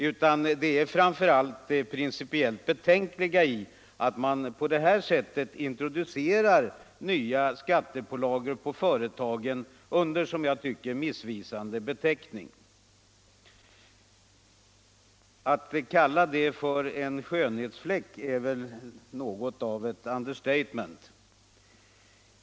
Jag reagerar inför det principiellt betänkliga i att man på detta sätt introducerar nya skattepålagor i företag under som jag tycker missvisande beteckning. Att kalla detta en skönhetsfläck är något av ett understatement.